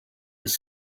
his